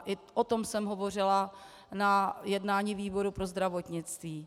I o tom jsem hovořila na jednání výboru pro zdravotnictví.